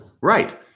Right